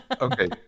Okay